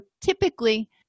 typically